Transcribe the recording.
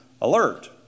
alert